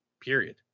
period